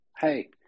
hey